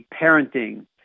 parenting